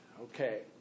Okay